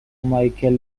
مایکل